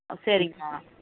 சரிங்மா